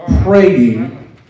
Praying